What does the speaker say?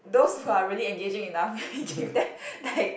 those who are really engaging enough really give them like